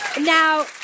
Now